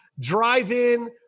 drive-in